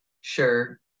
Sure